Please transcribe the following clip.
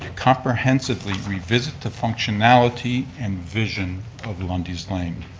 comprehensively revisit the functionality and vision of lundy's lane.